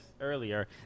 earlier